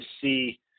see